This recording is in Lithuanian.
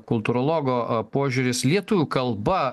kultūrologo požiūris lietuvių kalba